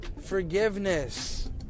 Forgiveness